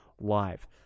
live